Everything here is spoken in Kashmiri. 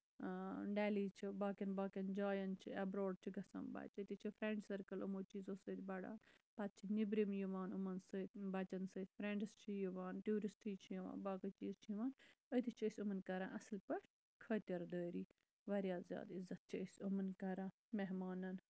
اۭں دہلی چھُ باقین باقین جاین چھُ ایبروڈ چھُ گژھان بَچہٕ تٔتی چھُ فرینڈ سٔرکٔل یِمَو چیٖزَو سۭتۍ بَڑان پَتہٕ چھِ نیبرِم یِوان یِمن سۭتۍ نیبرِم سۭتۍ بَچن سۭتۍ فرینڈٕس چھِ یِوان ٹوٗرِسٹ چھِ یِوان باقٕے چیٖز چھِ یِوان أتہِ چھِ أسۍ یِمن کران اَصٕل پٲٹھۍ خٲطِر دٲری واریاہ زیادٕ عِزت چھِ أسۍ یِمَن کران مہمانن